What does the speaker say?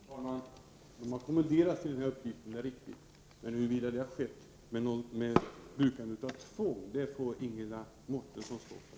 Fru talman! Det är riktigt att poliserna har kommenderats till den här uppgiften. Men att det skulle ha skett med hjälp av tvång är en uppgift som Ingela Mårtensson får stå för.